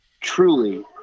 truly